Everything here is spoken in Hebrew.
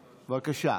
בבקשה.